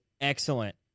excellent